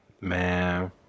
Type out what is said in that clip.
man